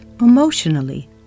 emotionally